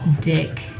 dick